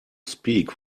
speak